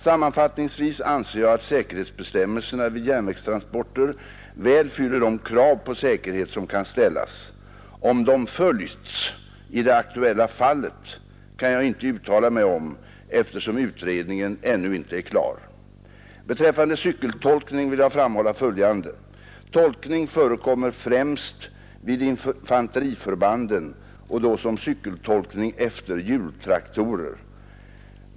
Sammanfattningsvis anser jag att säkerhetsbestämmelserna vid järnvägstransporter väl fyller de krav på säkerhet som kan ställas. Om de följts i det aktuella fallet kan jag inte uttala mig om eftersom utredningen ännu inte är klar. Beträffande cykeltolkning vill jag framhålla följande. Tolkning förekommer främst vid infanteriförbanden och då som cykeltolkning efter hjultraktor.